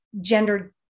gender